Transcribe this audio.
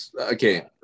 Okay